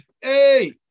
Hey